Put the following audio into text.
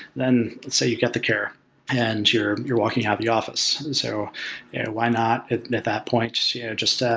then, say, you get the care and you're you're walking out the office. and so why not at that that point just yeah just ah